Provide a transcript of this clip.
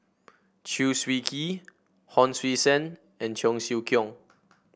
Chew Swee Kee Hon Sui Sen and Cheong Siew Keong